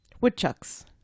woodchucks